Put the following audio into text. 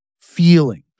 feeling